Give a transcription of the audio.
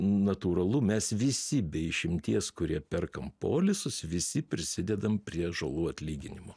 natūralu mes visi be išimties kurie perkam polisus visi prisidedam prie žalų atlyginimo